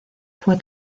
fue